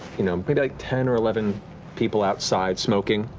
you know, maybe like ten or eleven people outside smoking,